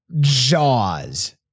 Jaws